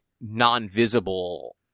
non-visible